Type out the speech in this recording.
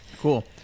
cool